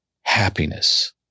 happiness